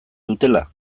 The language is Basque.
dutela